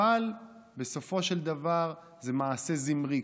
אבל בסופו של דבר זה מעשה זמרי.